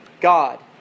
God